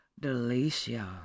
Delicia